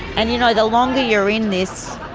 and you know the longer you're in this,